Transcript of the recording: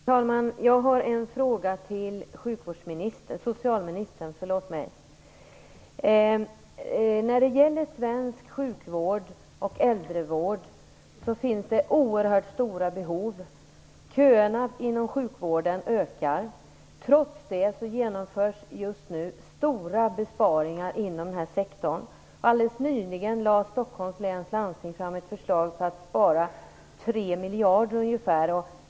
Herr talman! Jag har en fråga till socialministern. Det finns oerhört stora behov i svensk sjukvård och äldrevård. Köerna inom sjukvården växer. Trots det genomförs just nu stora besparingar inom denna sektor. Alldeles nyligen lade Stockholms läns landsting fram ett förslag om att man skall spara ungefär 3 miljarder.